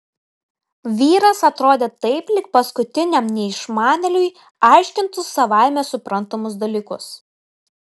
vyras atrodė taip lyg paskutiniam neišmanėliui aiškintų savaime suprantamus dalykus